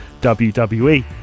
WWE